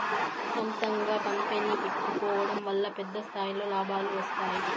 సొంతంగా కంపెనీ పెట్టుకోడం వల్ల పెద్ద స్థాయిలో లాభాలు వస్తాయి